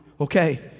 Okay